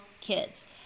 kids